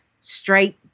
straight